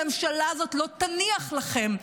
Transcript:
הממשלה הזאת לא תניח לכם,